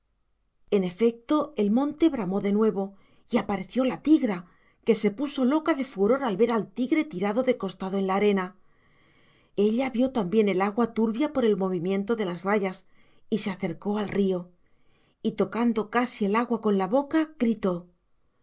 en efecto el monte bramó de nuevo y apareció la tigra que se puso loca de furor al ver al tigre tirado de costado en la arena ella vio también el agua turbia por el movimiento de las rayas y se acercó al río y tocando casi el agua con la boca gritó